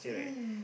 mm